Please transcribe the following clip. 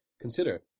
consider